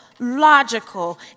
logical